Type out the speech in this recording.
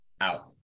out